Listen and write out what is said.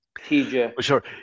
TJ